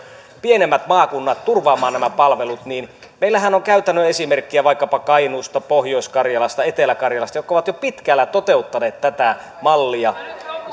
pienemmät maakunnat turvaamaan nämä palvelut niin meillähän on käytännön esimerkkejä vaikkapa kainuusta pohjois karjalasta etelä karjalasta jotka ovat jo pitkälle toteuttaneet tätä mallia